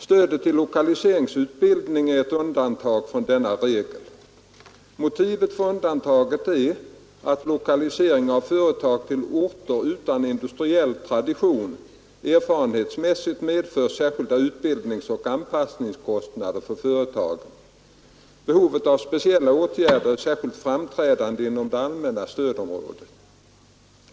Stödet till lokaliseringsutbildning är ett undantag från denna regel. Motivet för undantaget är att lokalisering av företag till orter utan industriell tradition erfarenhetsmässigt medför särskilda utbildningsoch anpassningskostnader för företagen. Behovet av speciella åtgärder är särskilt framträdande inom det allmänna stödområdet.